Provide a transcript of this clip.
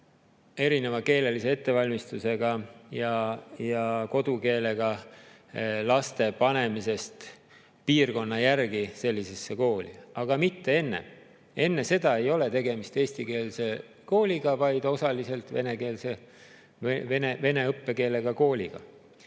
erineva keelelise ettevalmistuse ja kodukeelega laste panemisele piirkonna järgi sellisesse kooli, aga mitte enne. Enne seda ei ole tegemist eestikeelse kooliga, vaid osaliselt venekeelse või vene õppekeelega kooliga.